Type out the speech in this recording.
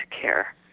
care